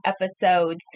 episodes